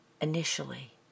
initially